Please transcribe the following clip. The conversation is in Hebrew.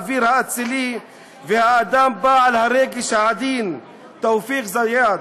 האביר האצילי והאדם בעל הרגש העדין תאופיק זיאד.